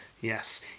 Yes